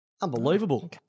unbelievable